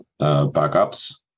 backups